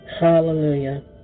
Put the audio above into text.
Hallelujah